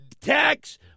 Tax